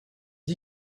dit